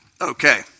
Okay